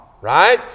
right